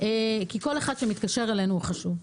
כי כל אחד שמתקשר אלינו הוא חשוב.